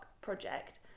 project